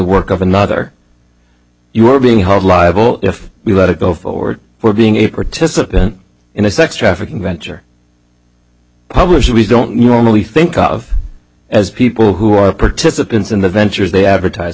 work of another you are being held liable if we let it go forward we're being a participant in a sex trafficking venture publishers don't normally think of as people who are participants in the ventures they advertise